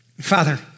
Father